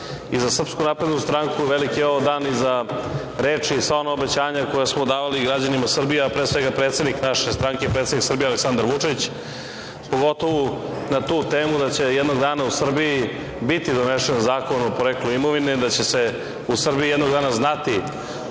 i za SNS, veliki je ovo dan i za reči i sva ona obećanja koja smo davali građanima Srbije, a pre svega predsednik naše stranke, predsednik Srbije Aleksandar Vučić, pogotovo na tu temu da će jednog dana u Srbiji biti donesen Zakon o poreklu imovine, da će se u Srbiji jednog dana znati